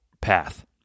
path